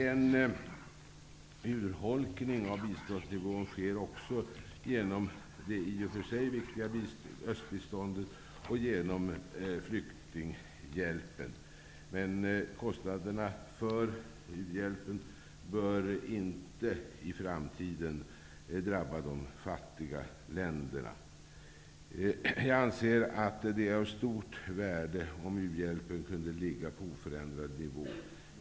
En urholkning av biståndsnivån sker också genom det i och för sig viktiga östbiståndet och genom flyktinghjälpen. Men kostnaderna för hjälpen bör i framtiden inte drabba de fattiga länderna. Jag anser att det vore av stort värde om u-hjälpen kunde ligga på oförändrad nivå.